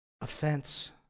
offense